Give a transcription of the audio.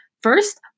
First